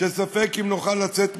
שספק אם נוכל לצאת ממנה.